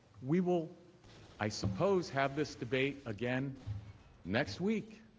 we will i suppose have this debate again next week,